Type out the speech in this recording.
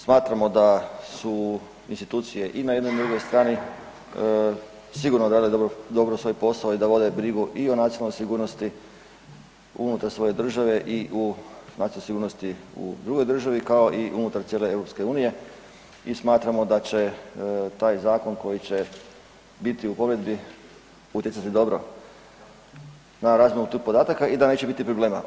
Smatramo da su institucije i na jednoj i na drugoj strani sigurno odradile dobro svoj posao i da vode brigu i o nacionalnoj sigurnosti unutar svoje države i u nacionalnoj sigurnosti u drugoj državi kao i u unutar cijele EU, i smatramo da će taj zakon koji će biti u provedbi, utjecati dobro na razmjenu tih podataka i da neće biti problema.